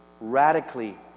radically